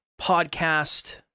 podcast